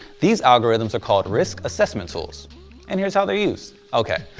these algorithms are called risk assessment tools and here's how they're used. okay,